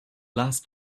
last